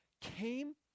came